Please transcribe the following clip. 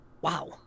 wow